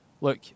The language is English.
Look